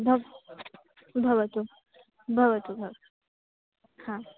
भव् भवतु भवतु भवतु हा